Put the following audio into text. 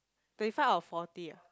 twenty five or forty ah